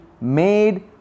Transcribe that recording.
made